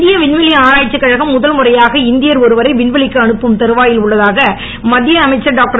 இந்திய விண்வெளி ஆராய்ச்சிக் கழகம் முதல்முறையாக இந்தியர் ஒருவரை விண்வெளிக்கு அனுப்பும் தருவாயில் உள்ள தாக மத்திய அமைச்சர் டாக்டர்